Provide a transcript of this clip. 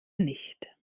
nicht